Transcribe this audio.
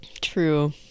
true